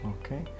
okay